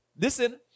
Listen